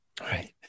Right